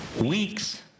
weeks